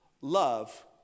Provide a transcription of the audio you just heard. Love